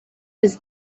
his